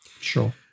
Sure